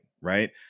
right